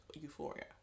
Euphoria